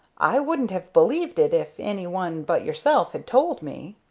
i wouldn't have believed it if any one but yourself had told me.